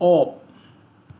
of